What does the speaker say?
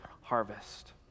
harvest